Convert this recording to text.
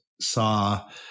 saw